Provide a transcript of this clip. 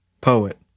Poet